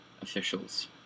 officials